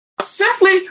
Simply